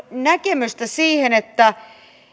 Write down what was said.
näkemystä siihen että